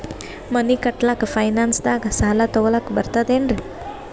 ಮನಿ ಕಟ್ಲಕ್ಕ ಫೈನಾನ್ಸ್ ದಾಗ ಸಾಲ ತೊಗೊಲಕ ಬರ್ತದೇನ್ರಿ?